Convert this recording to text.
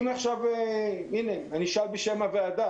אני אשאל בשם הוועדה